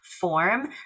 form